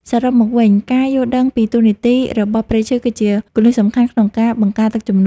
សរុបមកវិញ ការយល់ដឹងពីតួនាទីរបស់ព្រៃឈើ គឺជាគន្លឹះសំខាន់ក្នុងការបង្ការទឹកជំនន់។